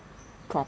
pro~